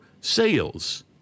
sales